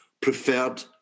preferred